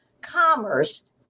commerce